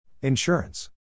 Insurance